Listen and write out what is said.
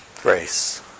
grace